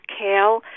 kale